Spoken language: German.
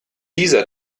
dieser